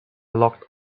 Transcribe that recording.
locked